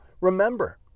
remember